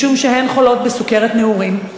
משום שהן חולות בסוכרת נעורים.